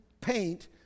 paint